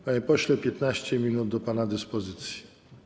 Panie pośle, 15 minut do pana dyspozycji.